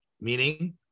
meaning